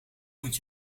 moet